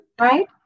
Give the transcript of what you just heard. Right